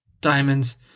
diamonds